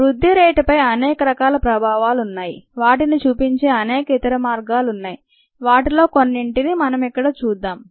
వృద్ధి రేటుపై అనేక ఇతర రకాల ప్రభావాలు న్నాయి వాటిని చూపించే అనేక ఇతర మార్గాలు న్నాయి వాటిలో కొన్నింటిని మనం ఇక్కడ చూద్దాం